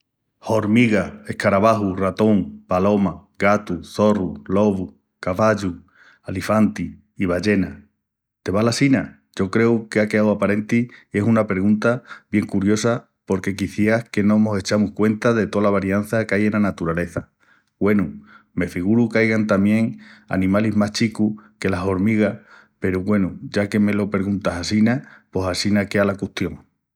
Hormiga, escarabaju, ratón, paloma, gatu, zorru, lobu, cavallu, alifanti i ballena. Te val assína? Yo creu qu'á queau aparenti i es una pregunta bien curiosa porque quiciás que no mos echamus cuenta de tola variança qu'ai ena naturaleza. Güenu, me figuru qu'aigan tamién animalis más chicus que las hormigas peru, güenu, ya que me lo perguntas assina pos assina es que sea quea la custión.